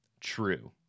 True